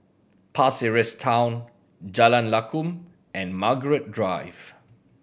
Pasir Ris Town Jalan Lakum and Margaret Drive